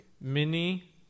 mini